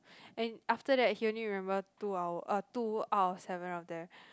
and after that he only remembered two hour uh two out of seven of them